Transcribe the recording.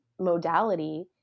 modality